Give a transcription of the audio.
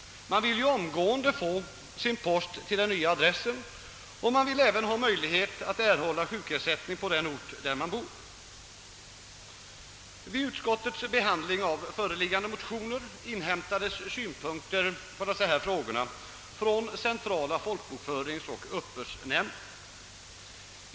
Man vill omedelbart få sin post till den nya adressen och man vill även ha möjlighet att få sjukersättning på den ort där man bor. Vid utskottets behandling av föreliggande motioner inhämtades synpunkter på dessa frågor från centrala folkbokföringsoch uppbördsnämnden.